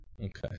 Okay